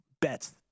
bets